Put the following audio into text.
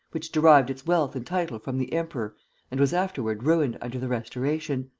which derived its wealth and title from the emperor and was afterward ruined under the restoration.